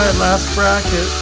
last bracket.